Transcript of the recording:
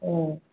हूँ